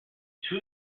two